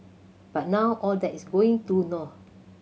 but now all that is going to naught